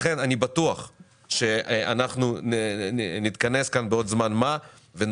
אני בטוח שאנחנו נתכנס כאן בעוד זמן מה ונוכל